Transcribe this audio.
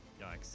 Yikes